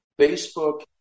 Facebook